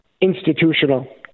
institutional